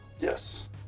Yes